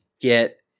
get